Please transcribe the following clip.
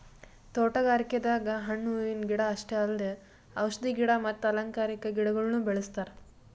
ತೋಟಗಾರಿಕೆದಾಗ್ ಹಣ್ಣ್ ಹೂವಿನ ಗಿಡ ಅಷ್ಟೇ ಅಲ್ದೆ ಔಷಧಿ ಗಿಡ ಮತ್ತ್ ಅಲಂಕಾರಿಕಾ ಗಿಡಗೊಳ್ನು ಬೆಳೆಸ್ತಾರ್